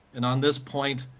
and on this point,